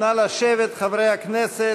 נא לשבת, חברי הכנסת,